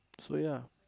so ya